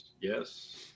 Yes